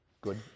Good